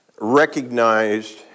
recognized